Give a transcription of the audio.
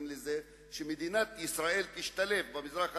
לזה שמדינת ישראל תשתלב במזרח התיכון,